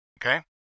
okay